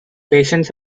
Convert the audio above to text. patients